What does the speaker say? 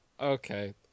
Okay